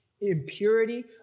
Impurity